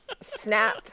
Snap